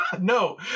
No